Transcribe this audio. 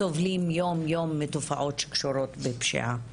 סובלים יום-יום מתופעות שקשורות בפשיעה.